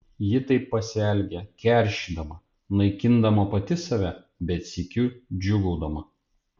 ji taip pasielgė keršydama naikindama pati save bet sykiu džiūgaudama